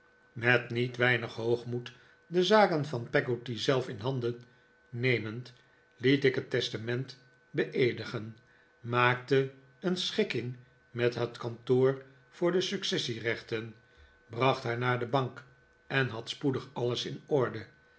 met niet weinig hoogmoed de zaken van peggotty zelf in handen nemend liet ik het testament beeedigen maakte een schikking met het kantoor voor de successierechten bracht haar naar de bank en had spoedig alles in orde